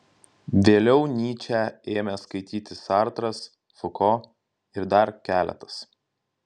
vėliau nyčę ėmė skaityti sartras fuko ir dar keletas